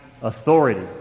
authority